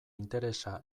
interesa